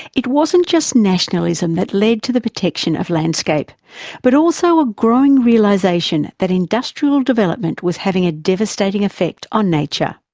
it wasn't just nationalism that led to the protection of landscape but also a growing realisation that industrial development was having a devastating effect on nature.